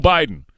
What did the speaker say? Biden